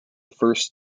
first